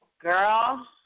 Girl